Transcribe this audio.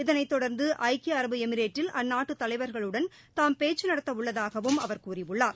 இதனை தொடர்ந்து ஐக்கிய அரபு எமிரேட்டில் அந்நாட்டு தலைவர்களுடன் தாம் பேச்சு நடத்த உள்ளதாகவும் அவர் கூறியுள்ளார்